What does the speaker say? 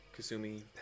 Kasumi